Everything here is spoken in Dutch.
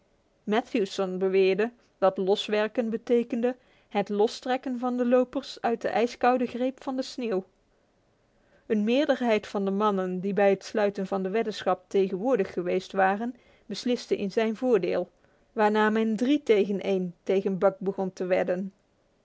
matthewson beweerde dat loswerken betekende het lostrekken van de lopers uit de ijskoude greep van de sneeuw een meerderheid van de mannen die bij het sluiten van de weddenschap tegenwoordig geweest waren besliste in zijn ee n tegen buck begon tevordcl wanmeitg wedden